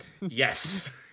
Yes